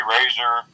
Razor